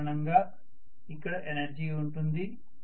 ఈ కారణంగా ఇక్కడ ఎనర్జీ ఉంటుంది